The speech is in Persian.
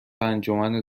انجمن